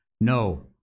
No